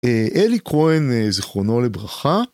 אלי כהן זכרונו לברכה.